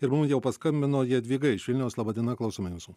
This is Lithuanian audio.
ir mum jau paskambino jadvyga iš vilniaus laba diena klausome jūsų